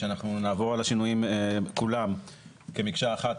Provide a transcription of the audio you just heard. שאנחנו נעבור על השינויים כולם כמקשה אחת